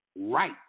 right